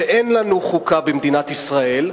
שאין לנו חוקה במדינת ישראל,